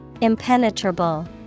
Impenetrable